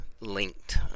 linked